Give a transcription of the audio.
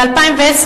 ב-2010,